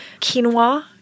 quinoa